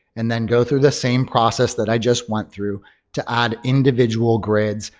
and then go through the same process that i just went through to add individual grids,